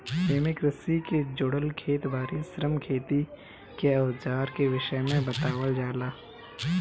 एमे कृषि के जुड़ल खेत बारी, श्रम, खेती के अवजार के विषय में बतावल जाला